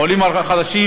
העולים החדשים,